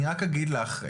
אני רק אגיד לך,